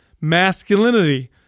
masculinity